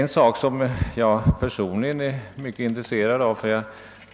Jag är personligen mycket intresserad av att få besked i ett annat avseende.